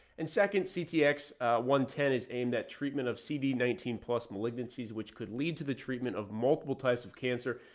and second ctx one ten is aimed at treatment of cd nineteen plus malignancies, which could lead to the treatment of multiple types of cancer,